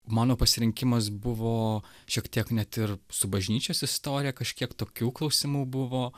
mano pasirinkimas buvo šiek tiek net ir su bažnyčios istorija kažkiek tokių klausimų buvo